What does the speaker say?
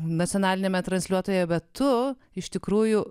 nacionaliniame transliuotojuje bet tu iš tikrųjų